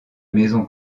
maison